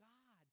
God